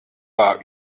war